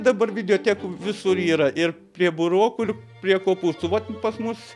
dabar videotekų visur yra ir prie burokų ir prie kopūstų vat pas mus